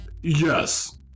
Yes